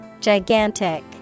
Gigantic